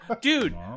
Dude